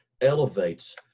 elevates